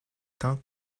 tant